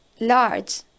large